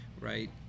right